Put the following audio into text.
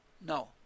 No